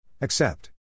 Accept